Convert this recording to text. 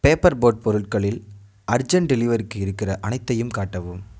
paper boat பொருட்களில் urgent டெலிவரிக்கு இருக்கிற அனைத்தையும் காட்டவும்